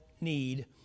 need